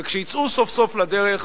וכשיצאו סוף-סוף לדרך,